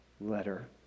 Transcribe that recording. letter